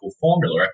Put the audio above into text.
formula